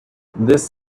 this